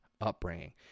upbringing